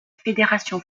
fédération